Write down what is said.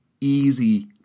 easy